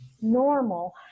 normal